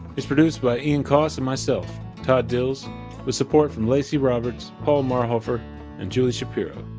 it's produced by ian coss and myself todd dills with support from lacy roberts, paul marhoefer and julie shapiro.